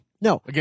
No